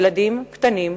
הילדים הקטנים,